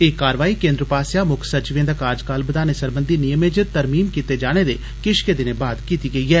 एह कार्रवाई केंद्र पास्सेआ मुक्ख सचिवें दा कार्जकाल बदाने सरबंधी नियम च तरमीम कीते जाने दे किश गै दिन बाद कीती गेई ऐ